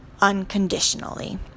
unconditionally